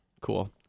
cool